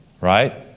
Right